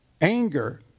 Anger